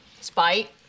Spite